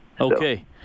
Okay